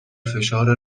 فشار